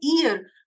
ear